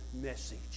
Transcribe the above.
message